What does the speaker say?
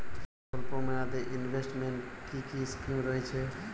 স্বল্পমেয়াদে এ ইনভেস্টমেন্ট কি কী স্কীম রয়েছে?